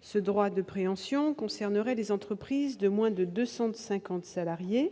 Ce droit de préemption concernerait les entreprises de moins de 250 salariés.